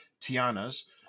Tiana's